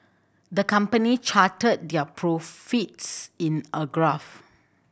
the company charted their profits in a graph